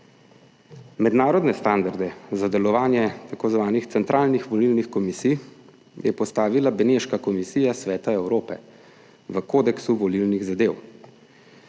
Mednarodne standarde za delovanje tako imenovanih centralnih volilnih komisij je postavila Beneška komisija Sveta Evrope v kodeksu volilnih zadev.